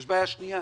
יש בעיה שנייה,